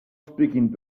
speaking